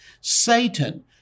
Satan